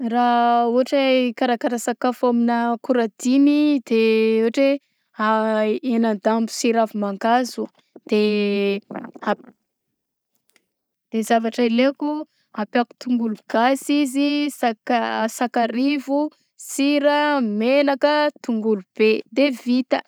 Raha ôhatra hoe ikarakara sakafo aminà akora dimy de ôhatra hoe: henandambo sy ravimangazo de a- de zavatra ilaiko ampiako tongolo gasy izy sy saka- sakarivo, sira, menaka, tongolo be de vita.